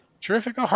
Terrific